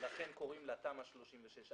לכן קוראים לה תמ"א 36א',